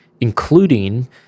including